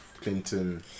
Clinton